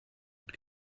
mit